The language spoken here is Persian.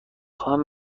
خواهم